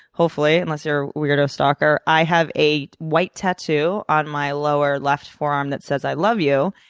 hopefully, unless you're a weirdo stalker, i have a white tattoo on my lower left forearm that says i love you.